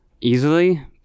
easily